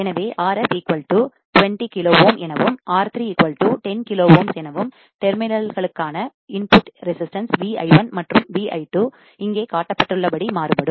எனவே Rf 20 kilo ohm எனவும் R3 10 kilo ohms எனவும் டெர்மினல்களுக்கான உள்ளீட்டு இன்புட் எதிர்ப்பு ரெசிஸ்டன்ஸ் VI1 மற்றும் VI2 இங்கே காட்டப்பட்டுள்ளபடி மாறுபடும்